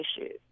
issues